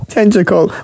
Tentacle